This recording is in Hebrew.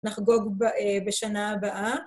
נחגוג בשנה הבאה.